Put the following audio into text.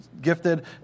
gifted